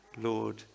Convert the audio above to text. Lord